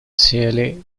цели